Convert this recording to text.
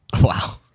Wow